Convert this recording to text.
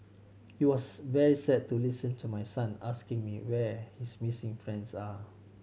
it was very sad to listen to my son asking me where his missing friends are